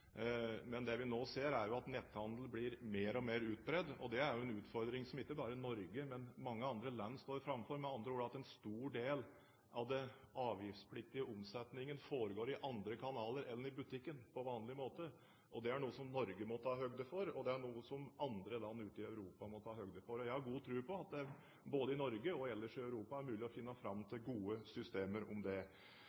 Men det vi nå ser, er at netthandel blir mer og mer utbredt, og det er en utfordring som ikke bare Norge, men mange andre land står framfor – med andre ord, en stor del av den avgiftspliktige omsetningen foregår i andre kanaler enn i butikken på vanlig måte. Det er noe som Norge må ta høyde for, og det er noe som andre land ute i Europa må ta høyde for. Jeg har god tro på at det både i Norge og ellers i Europa er mulig å finne fram